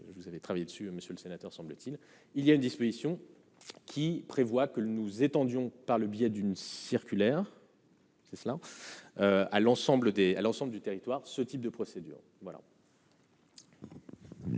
que vous avez travaillé dessus monsieur le sénateur, semble-t-il, il y a une disposition qui prévoit que nous étendions par le biais d'une circulaire. C'est cela à l'ensemble des à l'ensemble du territoire ce type de procédure